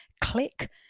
click